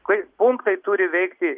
kai punktai turi veikti